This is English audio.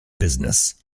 business